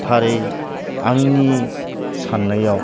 थारै आंनि साननायाव